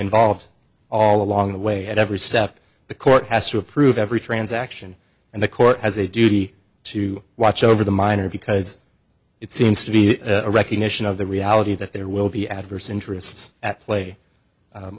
involved all along the way at every step the court has to approve every transaction and the court has a duty to watch over the minor because it seems to be a recognition of the reality that there will be adverse interests at play